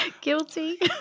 Guilty